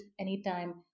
anytime